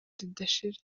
ridashira